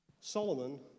Solomon